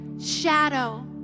shadow